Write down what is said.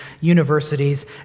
universities